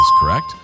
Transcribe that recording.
correct